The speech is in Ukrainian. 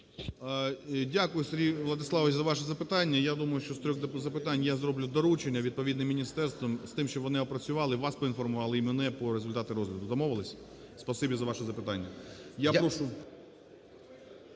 Дякую, Сергій Владиславович, за ваше запитання. Я думаю, що з 3 запитань я зроблю доручення відповідне міністерствам з тим, щоб вони опрацювали, вас поінформували і мене про результати розгляду. Домовилися? Спасибі за ваше запитання. Я прошу...